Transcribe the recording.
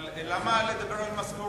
אבל למה לדבר על משכורת?